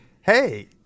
hey